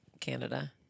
Canada